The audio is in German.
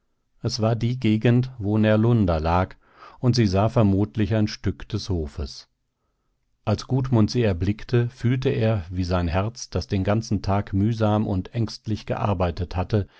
es war die gegend wo närlunda lag und sie sah vermutlich ein stück des hofes als gudmund sie erblickte fühlte er wie sein herz das den ganzen tag mühsam und ängstlich gearbeitet hatte